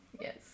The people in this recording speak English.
Yes